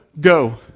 go